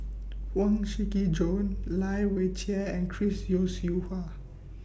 Huang Shiqi Joan Lai Weijie and Chris Yeo Siew Hua